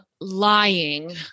lying